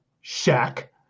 shack